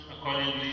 accordingly